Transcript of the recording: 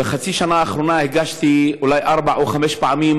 בחצי השנה האחרונה הגשתי אולי ארבע או חמש פעמים